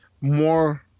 more